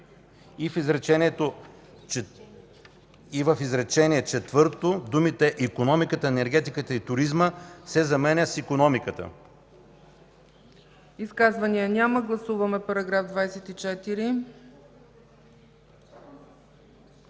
и в изречение четвърто думите „икономиката, енергетиката и туризма” се заменят с „икономиката”.”